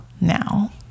now